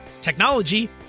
technology